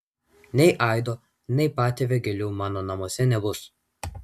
nei aido nei patėvio gėlių mano namuose nebus